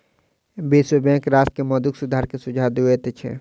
विश्व बैंक राष्ट्र के मौद्रिक सुधार के सुझाव दैत छै